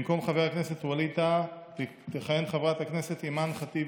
במקום חבר הכנסת ווליד טאהא תכהן חברת הכנסת אימאן ח'טיב